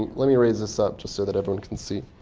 let me raise this up just so that everyone can see.